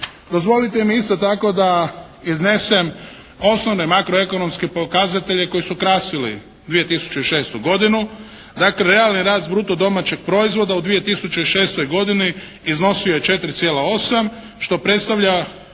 Dozvolite mi isto tako da iznesem osnovne makroekonomske pokazatelje koji su krasili 2006. godinu. Dakle realni rast bruto domaćeg proizvoda u 2006. godini iznosio je 4,8, što predstavlja